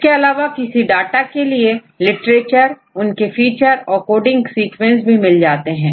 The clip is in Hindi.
इसके अलावा इसी डाटा के लिए लिटरेचर इनके फीचर और कोडिंग सीक्वेंस भी मिल जाते हैं